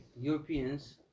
Europeans